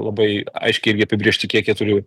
labai aiškiai irgi apibrėžti kiek jie turi